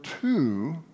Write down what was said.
two